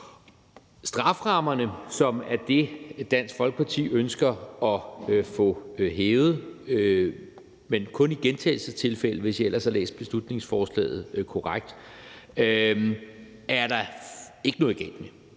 Strafferammerne, som er dem, Dansk Folkeparti ønsker at få hævet, men kun i gentagelsestilfælde, hvis jeg ellers har læst beslutningsforslaget korrekt, er der ikke noget galt med.